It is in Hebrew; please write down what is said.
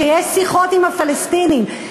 כשיש שיחות עם הפלסטינים,